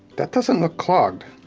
that doesn't look clogged.